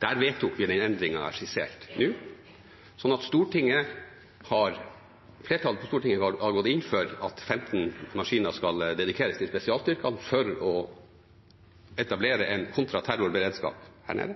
Der vedtok vi den endringen jeg har skissert nå. Flertallet på Stortinget har gått inn for at 15 maskiner skal dedikeres til spesialstyrkene for å etablere en kontraterrorberedskap her nede.